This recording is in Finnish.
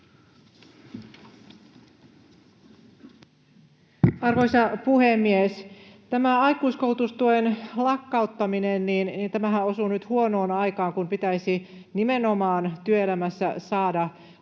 Arvoisa puhemies! Tämä aikuiskoulutustuen lakkauttaminenhan osuu nyt huonoon aikaan, kun pitäisi nimenomaan työelämässä saada osaamista